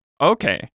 Okay